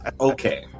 okay